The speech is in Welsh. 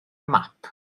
map